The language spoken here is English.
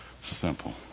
simple